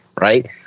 right